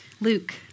Luke